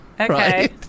Okay